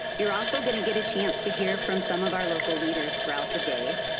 you're also gonna get a chance to hear from some of our local leaders throughout the day,